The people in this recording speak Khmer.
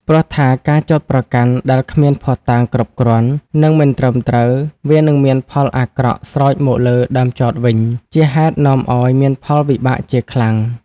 ព្រោះថាការចោទប្រកាន់ដែលគ្មានភ័ស្តុតាងគ្រប់គ្រាន់ និងមិនត្រឹមត្រូវ វានឹងមានផលអាក្រក់ស្រោចមកលើដើមចោទវិញ ជាហេតុនាំឲ្យមានផលវិបាកជាខ្លាំង ៕